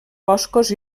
boscos